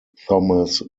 thomas